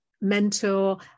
mentor